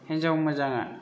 हिनजाव मोजाङा